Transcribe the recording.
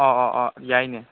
ꯑꯣ ꯑꯣ ꯑꯣ ꯌꯥꯏꯅꯦ